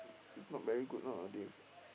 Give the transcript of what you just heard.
it's not very good nowadays